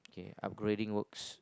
okay upgrading works